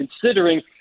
considering –